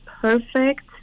perfect